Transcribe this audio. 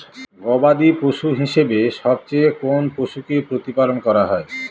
গবাদী পশু হিসেবে সবচেয়ে কোন পশুকে প্রতিপালন করা হয়?